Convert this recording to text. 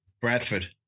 Bradford